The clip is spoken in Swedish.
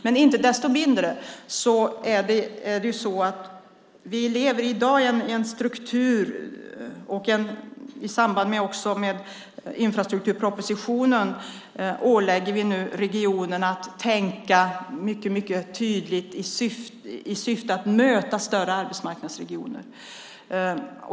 Men inte desto mindre lever vi i dag i en sådan struktur att vi i samband med infrastrukturpropositionen nu ålägger regionerna att tänka mycket tydligt i syfte att möta större arbetsmarknadsregioner.